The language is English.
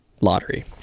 lottery